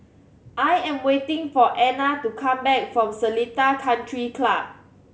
I am waiting for Anna to come back from Seletar Country Club